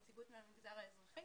נציגות מהמגזר האזרחי